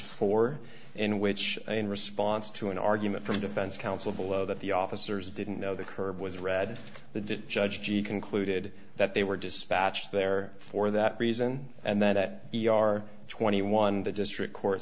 four in which in response to an argument from defense counsel below that the officers didn't know the curve was read the judge g concluded that they were dispatched there for that reason and that we are twenty one the district cour